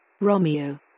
Romeo